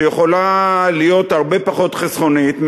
שיכולה להיות הרבה פחות חסכונית,